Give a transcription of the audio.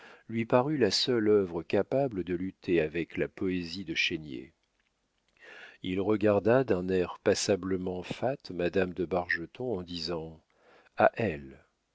lui parut la seule œuvre capable de lutter avec la poésie de chénier il regarda d'un air passablement fat madame de bargeton en disant a elle